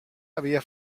havia